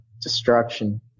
destruction